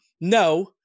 no